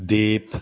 দে